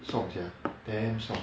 song sia damn song